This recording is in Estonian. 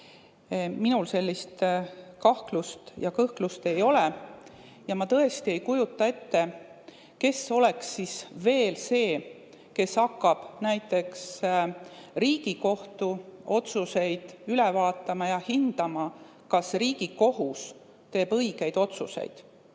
Minul sellist kahtlust ja kõhklust ei ole. Ma tõesti ei kujuta ette, kes oleks siis veel see, kes hakkaks näiteks Riigikohtu otsuseid üle vaatama ja hindama, kas Riigikohus teeb õigeid otsuseid.